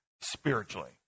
spiritually